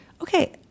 okay